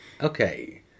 okay